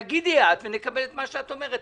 תגידי את ונקבל את מה שאת אומרת.